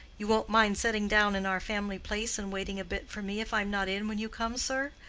you won't mind sitting down in our family place and waiting a bit for me, if i'm not in when you come, sir?